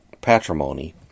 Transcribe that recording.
patrimony